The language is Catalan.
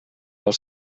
del